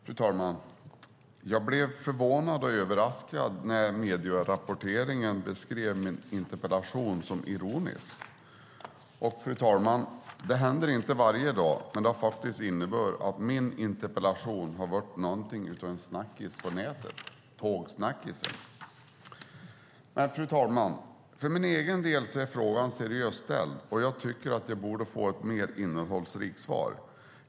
Fru talman! Jag blev förvånad och överraskad när min interpellation i medierapporteringen beskrevs som ironisk. Det händer inte varje dag, men det har inneburit att min interpellation har varit någonting av en snackis på nätet - tågsnackisen. Men, fru talman, för min egen del är frågan seriöst ställd, och jag tycker att den borde få ett mer innehållsrikt svar.